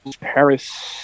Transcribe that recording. Paris